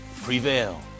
prevail